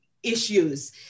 issues